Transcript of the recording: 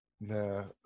No